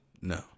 No